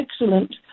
excellent